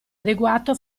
adeguato